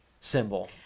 symbol